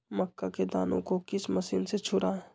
मक्का के दानो को किस मशीन से छुड़ाए?